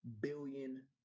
billion